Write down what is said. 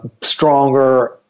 stronger